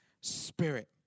Spirit